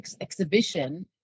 exhibition